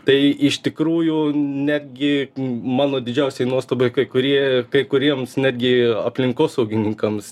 tai iš tikrųjų netgi mano didžiausiai nuostabai kai kurie kai kuriems netgi aplinkosaugininkams